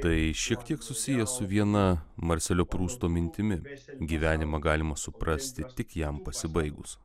tai šiek tiek susiję su viena marselio prusto mintimi gyvenimą galima suprasti tik jam pasibaigus